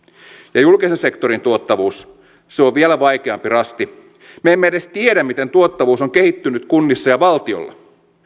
ja julkisen sektorin tuottavuus se on vielä vaikeampi rasti me emme edes tiedä miten tuottavuus on kehittynyt kunnissa ja valtiolla